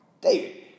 David